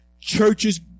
Churches